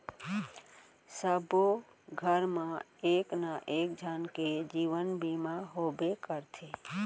सबो घर मा एक ना एक झन के जीवन बीमा होबे करथे